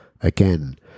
again